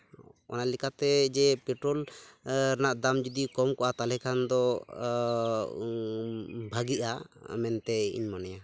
ᱚᱱᱟ ᱞᱮᱠᱟ ᱛᱮ ᱡᱮ ᱯᱮᱴᱨᱳᱞ ᱨᱮᱱᱟᱜ ᱫᱟᱢ ᱡᱩᱫᱤ ᱠᱚᱢ ᱠᱚᱜᱼᱟ ᱛᱟᱦᱞᱮ ᱠᱷᱟᱱ ᱫᱚ ᱵᱷᱟᱹᱜᱤᱜᱼᱟ ᱢᱮᱱᱛᱮ ᱤᱧ ᱢᱚᱱᱮᱭᱟ